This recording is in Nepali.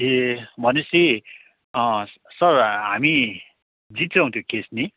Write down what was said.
ए भने पछि सर हामी जित्छौँ त्यो केस नि